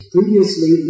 Previously